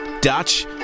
Dutch